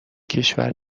کشور